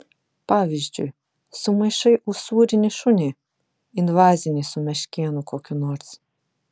pavyzdžiui sumaišai usūrinį šunį invazinį su meškėnu kokiu nors